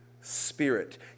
spirit